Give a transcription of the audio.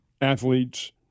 athletes